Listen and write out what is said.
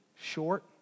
short